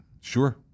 Sure